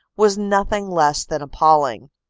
was nothing less than appailing.